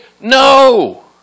No